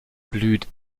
blüht